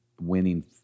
winning